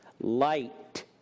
light